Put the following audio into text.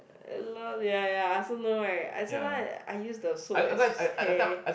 hello ya ya I also know right I sometimes I use the soap as hair